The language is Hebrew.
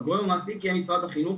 יהיה משרד החינוך,